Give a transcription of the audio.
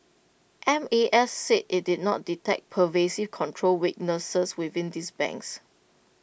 M A S said IT did not detect pervasive control weaknesses within these banks